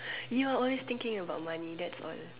you are always thinking about money that's all